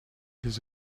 les